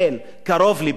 קרוב לביתו,